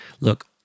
Look